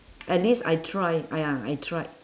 at least I tried ah ya I tried